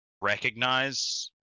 recognize